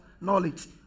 knowledge